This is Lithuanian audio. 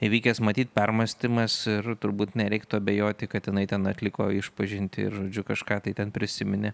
įvykęs matyt permąstymas ir turbūt nereiktų abejoti kad jinai ten atliko išpažintį ir kažką tai ten prisiminė